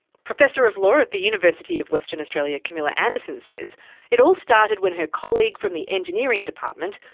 professor of law at the university of western australia camilla andersen says it all started when her colleague from the engineering department,